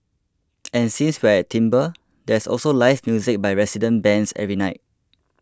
and since we're at Timbre there's also live music by resident bands every night